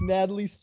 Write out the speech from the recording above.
Natalie